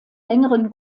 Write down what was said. längeren